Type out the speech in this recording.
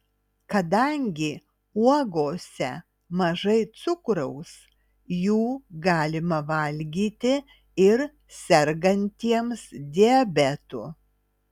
kadangi uogose mažai cukraus jų galima valgyti ir sergantiems diabetu